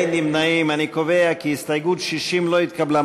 לא התקבלה.